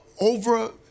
Over